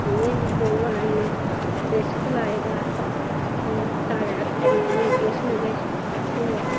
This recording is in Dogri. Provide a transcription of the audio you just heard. उ'नेंगी भगोआन ने रिशक लाए दा कि साढ़े हत्थें इ'नेंगी किश ना किश थ्होआ दा